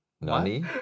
Nani